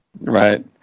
Right